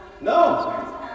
No